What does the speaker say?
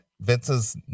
Vince's